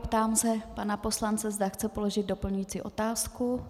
Ptám se pana poslance, zda chce položit doplňující otázku.